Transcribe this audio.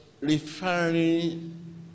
referring